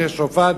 ברכס-שועפאט,